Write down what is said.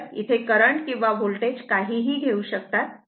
तर इथे करंट किंवा वोल्टेज काहीही घेऊ शकतात